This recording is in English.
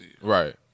Right